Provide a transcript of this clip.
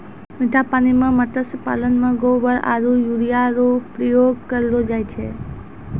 मीठा पानी मे मत्स्य पालन मे गोबर आरु यूरिया रो प्रयोग करलो जाय छै